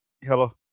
Hello